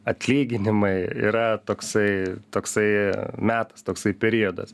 atlyginimai yra toksai toksai metas toksai periodas